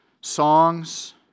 songs